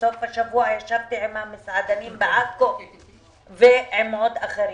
בסוף השבוע ישבתי עם המסעדנים בעכו ועם עוד אחרים.